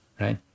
right